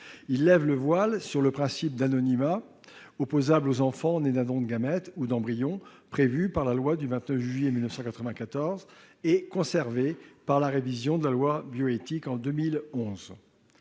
revient ainsi sur le principe d'anonymat opposable aux enfants nés d'un don de gamète ou d'embryons, principe issu de la loi du 29 juillet 1994 et conservé lors de la révision de la loi Bioéthique de 2011.